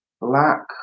black